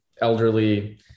elderly